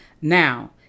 Now